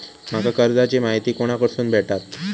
माका कर्जाची माहिती कोणाकडसून भेटात?